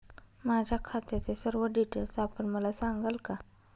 माझ्या खात्याचे सर्व डिटेल्स आपण मला सांगाल का?